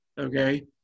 okay